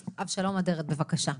אז אבשלום אדרת, בבקשה.